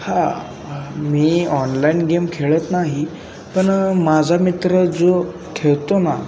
हां मी online game खेळत नाही पण माझा मित्र जो खेळतो ना